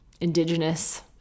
Indigenous